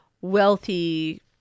wealthy